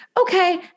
Okay